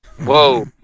Whoa